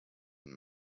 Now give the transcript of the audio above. and